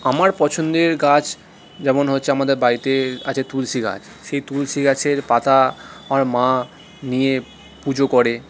আমার পছন্দের গাছ যেমন হচ্ছে আমাদের বাড়িতে আছে তুলসী গাছ সেই তুলসী গাছের পাতা আমার মা নিয়ে পুজো করে